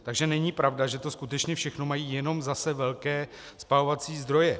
Takže není pravda, že to skutečně mají jenom zase velké spalovací zdroje.